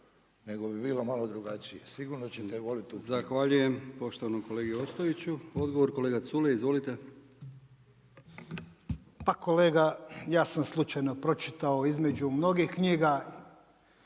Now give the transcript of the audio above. nego bi bilo malo drugačije, sigurno da ćete volit tu knjigu.